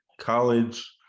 college